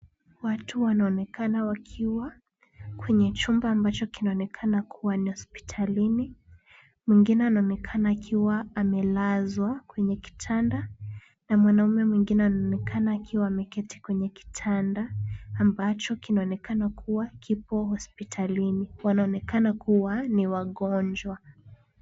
Watu wanaonekana wakiwa kwenye chumba ambacho kinaonekana kuwa ni hospitalini. Mwingine anaonekana akiwa amelazwa kwenye kitanda, na mwanume mwingine anaonekana akiwa ameketi kwenye kitanda ambacho kinaonekana kuwa kipo hospitalini. Wanaonekana kuwa ni wagonjwa.